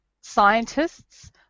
scientists